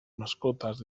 mascotas